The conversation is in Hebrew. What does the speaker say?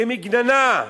כמגננה,